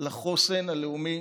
לחוסן הלאומי